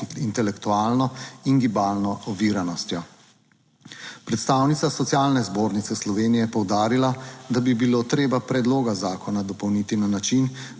intelektualno in gibalno oviranostjo. Predstavnica Socialne zbornice Slovenije je poudarila, da bi bilo treba predloga zakona dopolniti na način,